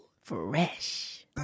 fresh